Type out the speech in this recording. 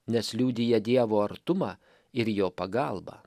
nes liudija dievo artumą ir jo pagalbą